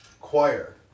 choir